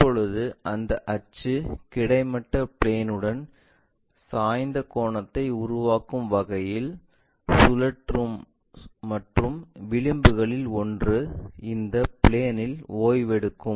இப்போது இந்த அச்சு கிடைமட்ட பிளேன் உடன் சாய்ந்த கோணத்தை உருவாக்கும் வகையில் சுழற்று மற்றும் விளிம்புகளில் ஒன்று இந்த பிளேன்இல் ஓய்வெடுக்கும்